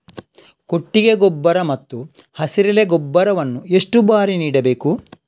ಕೊಟ್ಟಿಗೆ ಗೊಬ್ಬರ ಮತ್ತು ಹಸಿರೆಲೆ ಗೊಬ್ಬರವನ್ನು ಎಷ್ಟು ಬಾರಿ ನೀಡಬೇಕು?